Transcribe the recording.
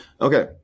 Okay